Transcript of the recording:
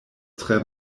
tre